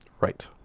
right